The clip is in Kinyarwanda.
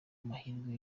amahirwe